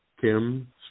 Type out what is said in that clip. Kim